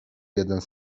jeden